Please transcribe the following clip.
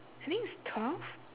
I think it's twelve